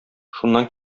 шуннан